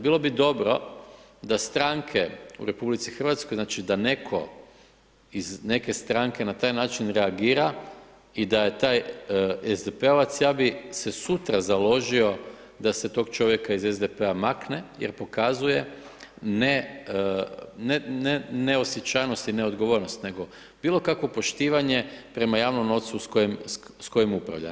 Bilo bi dobro da stranke u RH, da netko iz neke stranke na taj način reagira i da je taj SDP-ovac, ja bih se sutra založio da se tog čovjeka iz SDP-a makne jer pokazuje ne neosjećajnost i neodgovornost, nego bilo kakvo poštivanje prema javnom novcu s kojim upravlja.